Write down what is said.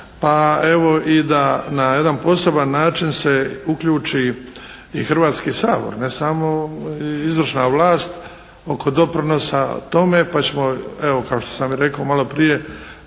pa evo i da na jedan poseban način se uključi i Hrvatski sabor ne samo izvršna vlast oko doprinosa tome pa ćemo evo kao što sam i rekao malo prije